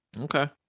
Okay